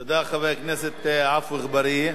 תודה, חבר הכנסת עפו אגבאריה.